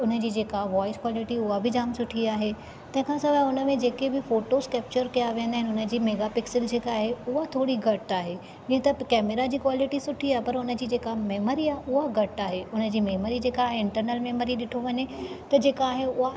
उनजी जेका voice quality उहा बि जाम सुठी आहे तंहिंखा सवाइ उन में जेके बि फ़ोटोस कैप्चर कया वेंदा आहिनि उनजी मेगापिक्सल जेका आहे उहा थोरी घटि आहे हीअं त कैमरा जी क्वालिटी सुठी आहे पर उनजी जेका मैमरी आहे उहा घटि आहे उनजी मैमरी जेका आहे इंटरनल मैमरी ॾिठो वञे त जेका आहे उहा